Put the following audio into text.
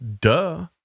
duh